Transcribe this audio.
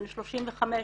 בן 35,